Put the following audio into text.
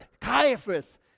Caiaphas